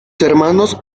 hermanos